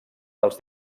als